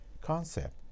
concept